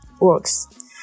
works